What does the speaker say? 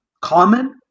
common